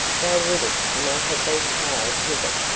thou wouldst not have been tired with it.